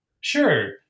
Sure